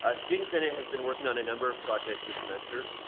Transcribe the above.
ah student senate has been working on a number of projects this semester.